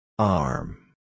Arm